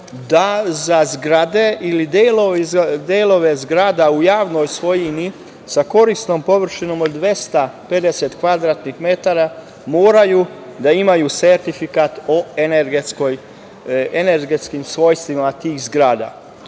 da zgrade ili delove zgrada u javnoj svojini sa korisnom površinom od 250 kvadratnih metara moraju da imaju sertifikat o energetskim svojstvima tih zgrada. Ova